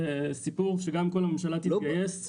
זה סיפור שגם אם כל הממשלה תתגייס,